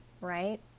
right